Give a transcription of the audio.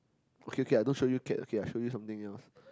okay K I don't show you cat okay I show you something else